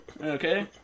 Okay